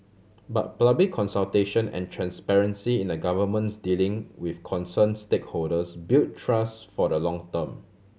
but public consultation and transparency in the Government's dealing with concern stakeholders build trust for the long term